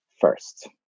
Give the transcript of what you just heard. first